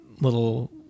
little